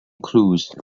cruise